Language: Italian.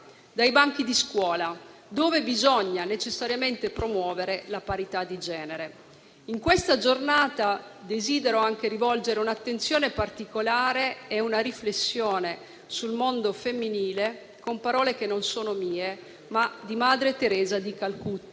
dai banchi di scuola, dove bisogna necessariamente promuovere la parità di genere. In questa giornata desidero anche rivolgere un'attenzione particolare e una riflessione sul mondo femminile con parole che non sono mie, ma di madre Teresa di Calcutta,